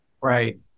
Right